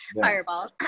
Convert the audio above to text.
fireball